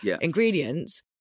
ingredients